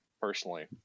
personally